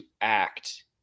act